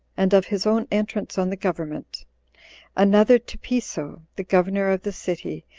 and of his own entrance on the government another to piso, the governor of the city,